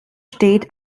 steht